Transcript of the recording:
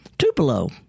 Tupelo